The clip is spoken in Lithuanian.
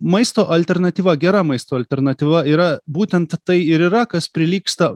maisto alternatyva gera maisto alternatyva yra būtent tai ir yra kas prilygsta